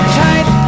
tight